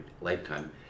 lifetime